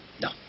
No